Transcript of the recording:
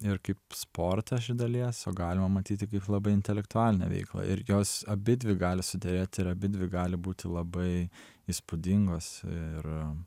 ir kaip sportą dalies o galima matyti kaip labai intelektualinę veiklą ir jos abidvi gali suderėti ir abidvi gali būti labai įspūdingos ir